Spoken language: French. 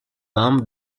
âmes